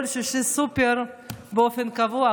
כל שישי סופר באופן קבוע,